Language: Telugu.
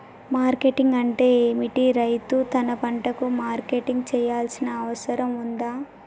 మార్కెటింగ్ అంటే ఏమిటి? రైతు తన పంటలకు మార్కెటింగ్ చేయాల్సిన అవసరం ఉందా?